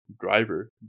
driver